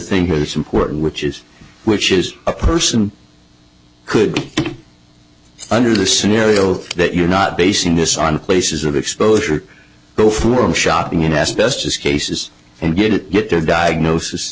think it's important which is which is a person could under the scenario that you're not basing this on places of exposure go forum shopping in asbestos cases and get it get their diagnosis